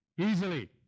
easily